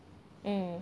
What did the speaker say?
mm